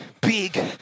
big